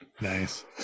Nice